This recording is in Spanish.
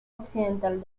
occidental